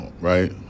right